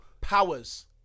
powers